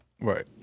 right